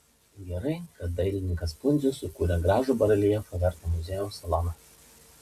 gerai kad dailininkas pundzius sukūrė gražų bareljefą vertą muziejaus salono